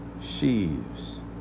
sheaves